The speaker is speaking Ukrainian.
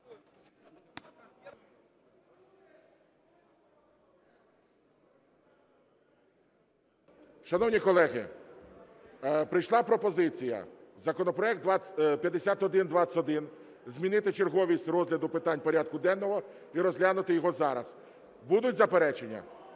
Шановні колеги, прийшла пропозиція: законопроект 5121, змінити черговість розгляду питань порядку денного, і розглянути його зараз. Будуть заперечення?